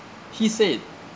he said